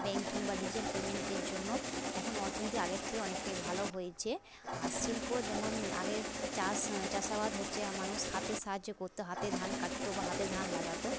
banking বা digital পেমেন্টের জন্য এখন অর্থনীতি আগের থেকে অনেকটাই ভালো হয়েছে আর শিল্প যেমন আগে চাষ চাষাবাদ হচ্ছে আর মানুষ হাতের সাহায্যে করতো হাতে ধান কাটতো বা হাতে ধান লাগতো